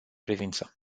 privință